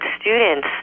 students